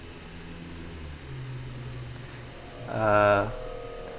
ah